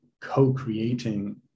co-creating